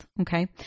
Okay